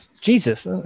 Jesus